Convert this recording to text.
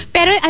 Pero